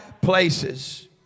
places